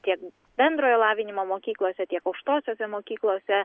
tiek bendrojo lavinimo mokyklose tiek aukštosiose mokyklose